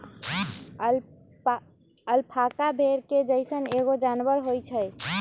alpaca भेड़ के जइसन एगो जानवर होई छई